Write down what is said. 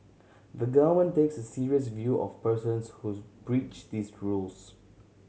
the Government takes a serious view of persons whose breach these rules